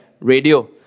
Radio